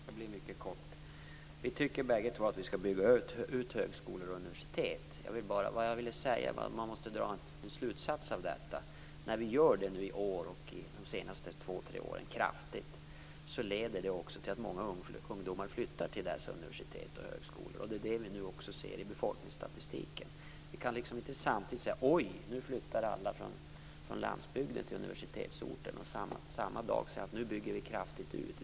Fru talman! Mitt inlägg blir mycket kort. Vi tycker bägge två att vi skall bygga ut högskolor och universitet. Jag ville bara säga att man måste dra en slutsats av detta. När vi nu kraftigt bygger ut dem i år, och har gjort så under de senaste två tre åren, leder det till att många ungdomar flyttar till dessa universitet och högskolor. Det är det som vi nu också ser i befolkningsstatistiken. Vi kan inte kraftigt bygga ut och samtidigt säga: Oj, nu flyttar alla från landsbygden till universitetsorterna!